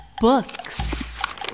Books